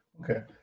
Okay